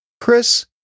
Chris